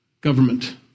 government